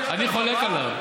בבקשה, שמזכיר הכנסת יגיד להם?